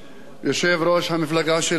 יושב-ראש המפלגה שלנו,